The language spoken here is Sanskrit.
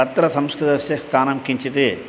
तत्र संस्कृतस्य स्थानं किञ्चित्